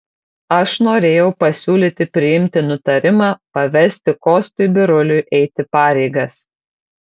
aš norėjau pasiūlyti priimti nutarimą pavesti kostui biruliui eiti pareigas